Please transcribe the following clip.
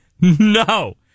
No